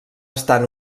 estan